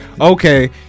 Okay